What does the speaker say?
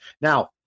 now